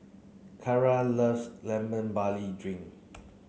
Carra loves lemon barley drink